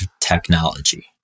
technology